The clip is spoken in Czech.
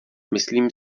myslím